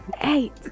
eight